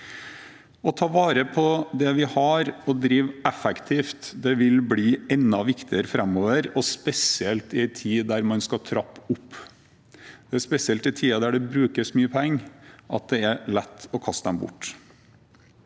Å ta vare på det vi har, og drive effektivt, vil bli enda viktigere framover, og spesielt i en tid da man skal trappe opp. Det er spesielt i tider da det brukes mye penger, at det er lett å kaste dem bort,